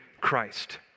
Christ